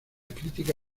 crítica